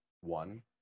one